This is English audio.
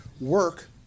work